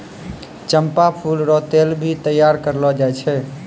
चंपा फूल रो तेल भी तैयार करलो जाय छै